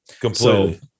Completely